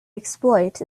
exploit